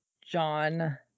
John